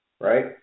right